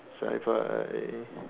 sigh pie